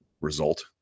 result